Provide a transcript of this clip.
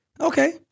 Okay